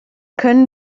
können